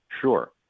Sure